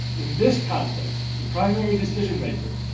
in this context, the primary decision maker,